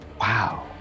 Wow